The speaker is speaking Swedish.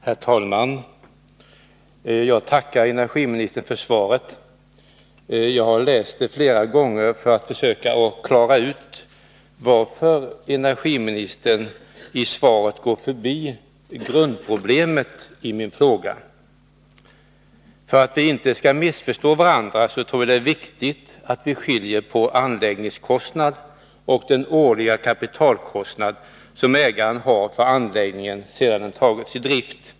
Herr talman! Jag tackar energiministern för svaret. Jag har läst det flera gånger för att försöka klara ut varför energiministern i svaret går förbi grundproblemet i min fråga. För att vi inte skall missförstå varandra så tror jag det är viktigt att skilja på anläggningskostnad och den årliga kapitalkostnad som ägaren har för anläggningen sedan den tagits i drift.